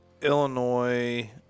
Illinois